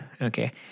okay